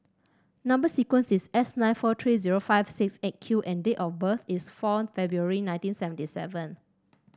number sequence is S nine four three zero five six Eight Q and date of birth is four February nineteen seventy seven